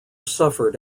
suffered